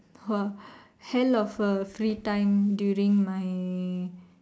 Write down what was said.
!wah! hell of a free time during my